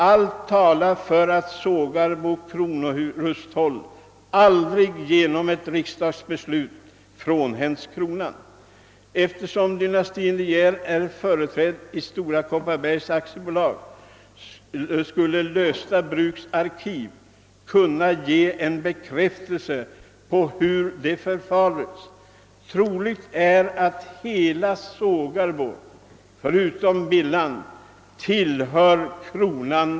Allt talar för att Sågarbo kronorusthåll aldrig genom ett riksdagsbeslut frånhänts kronan. Eftersom dynastin De Geer är företrädd i Stora kopparbergs bergslags AB, skulle Leufsta bruks arkiv kunna ge bekräftelse på hur det förfarits. Troligt är att hela Sågarbo ännu tillhör kronan.